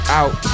out